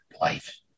life